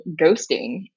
ghosting